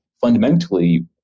fundamentally